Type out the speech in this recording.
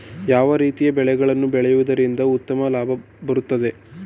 ಯಾವ ರೀತಿಯ ಬೆಳೆಗಳನ್ನು ಬೆಳೆಯುವುದರಿಂದ ಉತ್ತಮ ಲಾಭ ಬರುತ್ತದೆ?